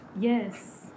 yes